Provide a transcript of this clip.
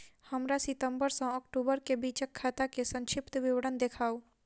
हमरा सितम्बर सँ अक्टूबर केँ बीचक खाता केँ संक्षिप्त विवरण देखाऊ?